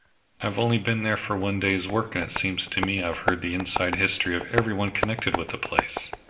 i've only been there for one day's work, and it seems to me i've heard the inside history of every one connected with the place.